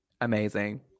Amazing